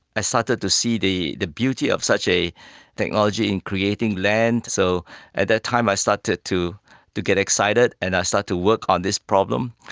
i started to see the the beauty of such technology in creating land. so at that time i started to to get excited and i started to work on this problem,